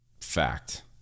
fact